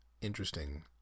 interesting